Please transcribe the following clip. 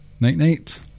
Night-night